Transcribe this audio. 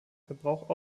verbrauch